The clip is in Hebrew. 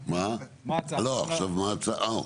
עכשיו מה ההצעה?